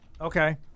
Okay